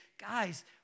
guys